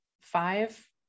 five